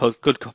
good